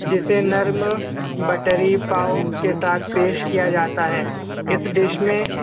جسے نرم بٹری پاؤ کے ساتھ پیش کیا جاتا ہے اس ڈش میں